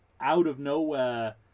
out-of-nowhere